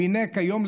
והינה כיום,